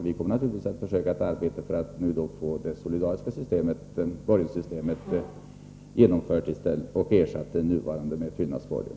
Vi kommer naturligtvis att arbeta för att försöka få det solidariska borgenssystemet genomfört i stället, som ersättning för det nuvarande systemet med fyllnadsborgen.